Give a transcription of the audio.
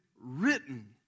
written